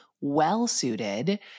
well-suited